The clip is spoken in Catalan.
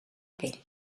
pell